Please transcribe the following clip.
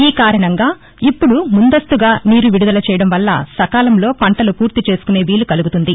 ఈ కారణంగా ఇప్పుడు ముందస్తుగా నీరు విడుదల చేయడంవల్ల సకాలంలో పంటలు పూర్తిచేసుకొనే వీలు కలుగుతుంది